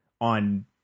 on